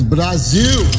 Brazil